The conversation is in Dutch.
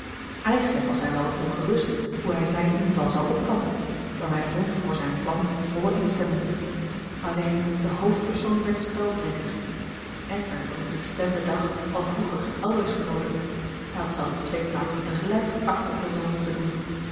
eigenlijk was hij wel wat ongerust hoe hij zijn inval zou opvatten dan hij vond voor zijn plan volle instemming alleen de hoofdpersoon werd spelbreker eckbert was op den bestemden dag al vroeger elders genoodigd hij had zelfs op twee plaatsen tegelijk acte de présence te doen